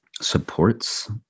supports